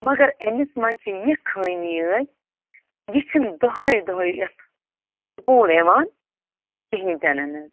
مگر أمِس منٛز چھِ یہِ خٲمی حظ یہِ چھِنہٕ دۄہَے دۄہَے یَتھ سُکوٗل یِوان کِہیٖنۍ تہِ نَن حظ